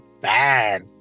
bad